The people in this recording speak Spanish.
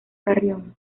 carrión